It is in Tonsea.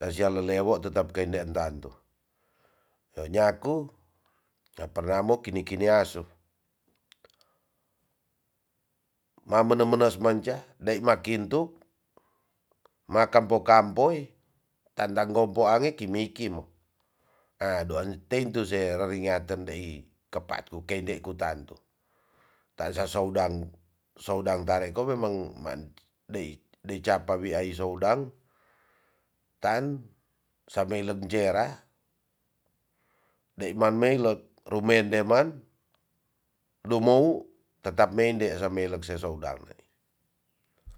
saisya lolewo tetap tetap kenden tantu nyonyaku ta perna mo kini kini asu. ma mene menes manja dai makintu ma kampo kampoi kandang gom poane kimei kimo a doan tentu se raringaten dei kepa ku keinde ku tantu tansa sou dang, sou dang tare ko memang man dei jarpa wi ai sou dang kan sabei lenjera dei man meilot rumrnde man dumou tetap meinde samlek sesou dang